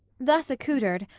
thus accoutered,